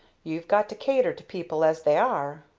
you've got to cater to people as they are.